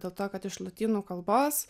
dėl to kad iš lotynų kalbos